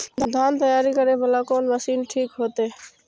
धान तैयारी करे वाला कोन मशीन ठीक होते?